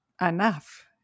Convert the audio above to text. enough